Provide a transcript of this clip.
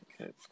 Okay